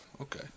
Okay